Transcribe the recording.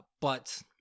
but-